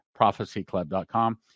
prophecyclub.com